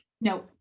No